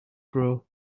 grow